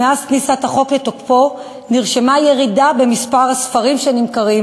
מאז כניסת החוק לתוקפו נרשמה ירידה במספר הספרים שנמכרים,